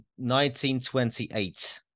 1928